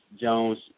Jones